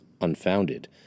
unfounded